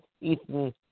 Ethan